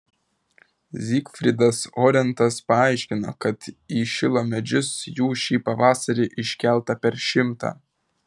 zygfridas orentas paaiškino kad į šilo medžius jų šį pavasarį iškelta per šimtą